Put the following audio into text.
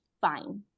fine